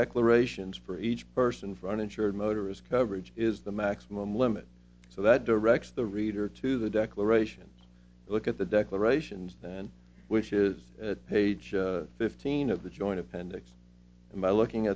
declarations for each person for uninsured motorist coverage is the maximum limit so that directs the reader to the declaration look at the declarations and wishes page fifteen of the joint appendix and by looking